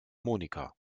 monika